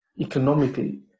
economically